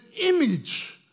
image